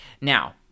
Now